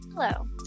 Hello